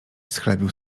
schlebił